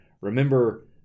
Remember